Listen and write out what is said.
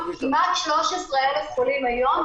יש כמעט 13,000 חולים היום,